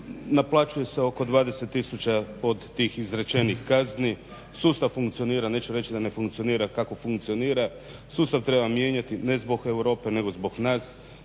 naplaćuju se oko dvadeset tisuća od tih izrečenih kazni. Sustav funkcionira, neću reći da ne funkcionira, kako funkcionira sustav treba mijenjati ne zbog Europe nego zbog nas.